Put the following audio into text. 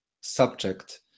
subject